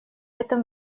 этом